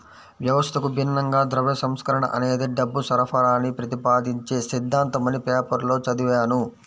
వ్యవస్థకు భిన్నంగా ద్రవ్య సంస్కరణ అనేది డబ్బు సరఫరాని ప్రతిపాదించే సిద్ధాంతమని పేపర్లో చదివాను